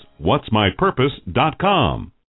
What'sMyPurpose.com